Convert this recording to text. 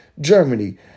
Germany